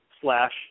slash